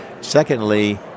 Secondly